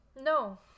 no